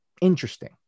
interesting